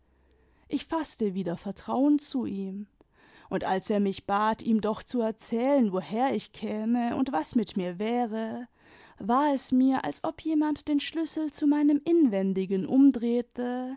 ich faßte wieder vertrauen zu ihm und als er mich bat ihm doch zu erzählen woher ich käme und was mit mir wäre war es mir als ob jemand den schlüssel zu meinem inwendigen umdrehte